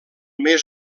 mes